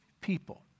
people